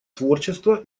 творчества